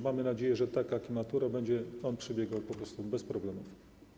Mamy nadzieję, że tak jak matura będzie on przebiegał po prostu bezproblemowo.